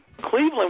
Cleveland